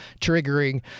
triggering